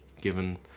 given